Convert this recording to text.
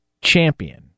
champion